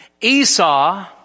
Esau